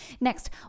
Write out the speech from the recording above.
next